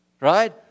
Right